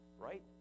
right